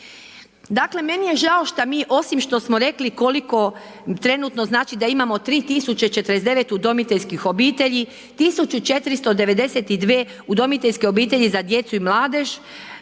Dakle, meni je žao šta mi osim što smo rekli koliko trenutno znači da imamo 3049 udomiteljskih obitelji, 1492 udomiteljske obitelji za djecu i mladež,